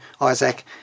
Isaac